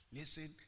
Listen